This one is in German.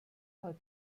hat